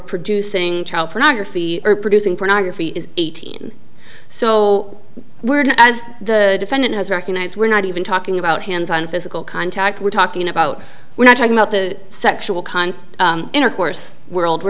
producing child pornography or producing pornography is eighteen so weird as the defendant has recognized we're not even talking about hands on physical contact we're talking about we're not talking about the sexual content intercourse world we're